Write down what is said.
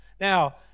now